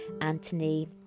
Anthony